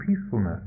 peacefulness